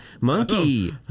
Monkey